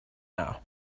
now